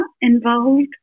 involved